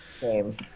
game